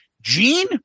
Gene